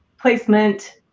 placement